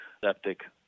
septic